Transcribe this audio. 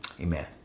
Amen